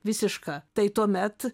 visiška tai tuomet